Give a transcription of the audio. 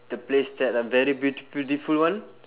the place that are very beauti~ beautiful [one]